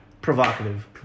Provocative